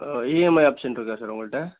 ஆ EMI option இருக்கா sir உங்கள்கிட்ட